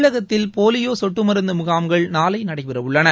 தமிழகத்தில் போலியோ சொட்டு மருந்து முகாம்கள் நாளை நடைபெற உள்ளன